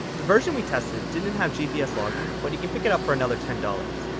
the version we tested didn't have gps logging but you can pick it up for another ten dollars.